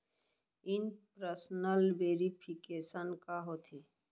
In person verification का होथे?